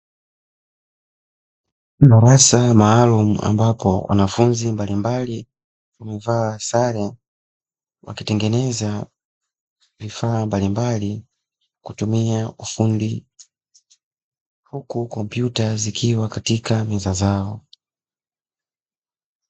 Darasa maalumu, ambapo wanafunzi mbalimbali wamevaa sare, wakitengeneza vifaa mbalimbali kwa kutumia ufundi, huku kompyuta zikiwa katika meza zao.